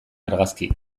argazki